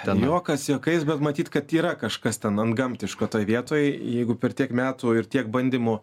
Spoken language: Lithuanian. ten juokas juokais bet matyt kad yra kažkas ten antgamtiško toje vietoj jeigu per tiek metų ir tiek bandymų